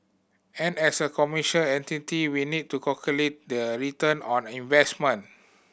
and as a commercial entity we need to calculate the return on investment